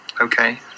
Okay